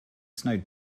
snowed